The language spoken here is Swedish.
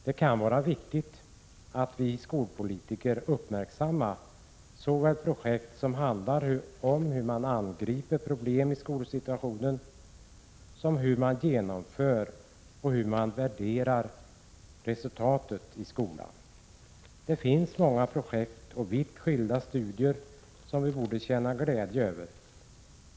Det kan vara viktigt att vi skolpolitiker uppmärksammar såväl projekt som handlar om hur man angriper problem i skolsituationen som projekt som handlar om hur man genomför undervisning och hur man värderar resultatet i skolan. Det finns många projekt och vitt skilda studier som vi borde känna glädje över.